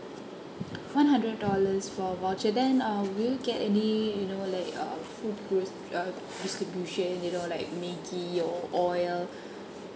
one hundred dollars for a voucher then uh will you get any you know like a full uh distribution you know like maggi or oil